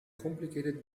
complicated